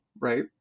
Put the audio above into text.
right